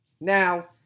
Now